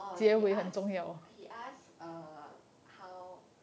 orh he ask he ask err how